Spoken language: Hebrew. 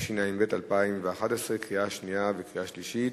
התשע"ב 2011, קריאה שנייה וקריאה שלישית.